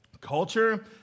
culture